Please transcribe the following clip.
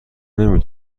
نمی